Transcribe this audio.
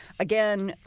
again,